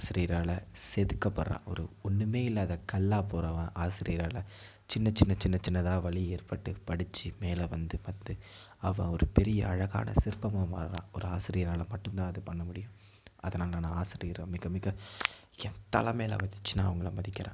ஆசிரியரால் செதுக்கப்படறான் ஒரு ஒன்றுமே இல்லாத கல்லாக போகிறவன் ஆசிரியரால் சின்ன சின்ன சின்ன சின்னதக வலி ஏற்பட்டு படித்து மேலே வந்து வந்து அவன் ஒரு பெரிய அழகான சிற்பமாக மாறுகிறான் ஒரு ஆசிரியரால் மட்டும் தான் அது பண்ண முடியும் அதனால் நான் ஆசிரியரை மிக மிக என் தலை மேலே வச்சு நான் அவங்களை மதிக்கிறேன்